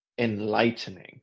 enlightening